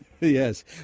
Yes